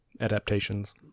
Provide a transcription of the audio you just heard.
adaptations